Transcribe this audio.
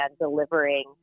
delivering